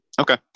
okay